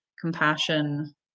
compassion